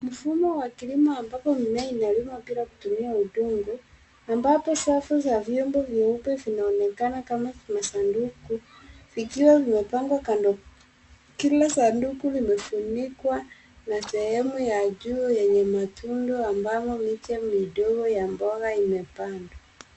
Mfumo wa ambapo mimea inalimwa bila kutumia udongo ambapo safu za vyombo vyeupe vinaonekana kama masanduku vikiwa vimepangwa kando. Kila Sanduku limefunikwa na sehemu ya juu yenye matundu ambapo miche midogo ya mboga imepandwa.